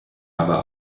aber